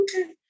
okay